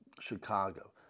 Chicago